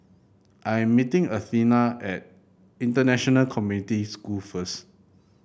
I am meeting Athena at International Community School first